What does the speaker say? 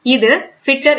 இது பிட்டர் என்